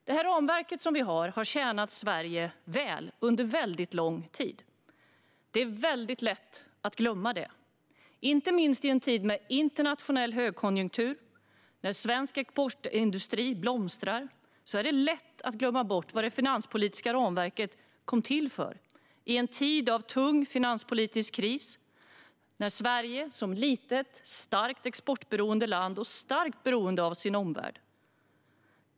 Vårt ramverk har tjänat Sverige väl under lång tid. Det är väldigt lätt att glömma det. Inte minst i en tid av internationell högkonjunktur och när svensk exportindustri blomstrar är det lätt att glömma bort varför det finanspolitiska ramverket kom till. Det kom till i en tid av tung finanspolitisk kris eftersom Sverige är ett litet, starkt exportberoende land och starkt beroende av sin omvärld.